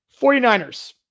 49ers